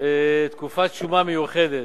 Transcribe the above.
תקופת שומה מיוחדת,